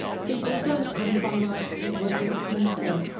so just on on follow up with what's just being said,